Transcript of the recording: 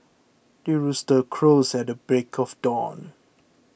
the rooster crows at the break of dawn